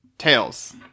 Tails